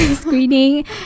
screening